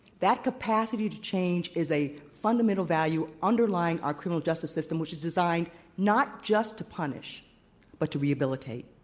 that capacity to change is a fundamental value underlying our criminal justice system which is designed not just to punish but to rehabilitate.